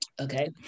okay